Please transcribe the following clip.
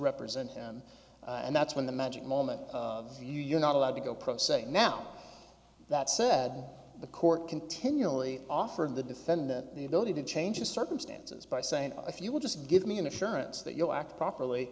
represent him and that's when the magic moment of you you're not allowed to go pro se now that said the court continually offered the defendant the ability to change the circumstances by saying if you would just give me an assurance that you'll act properly